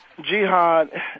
jihad